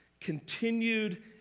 continued